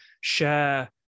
share